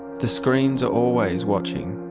the screens are always watching,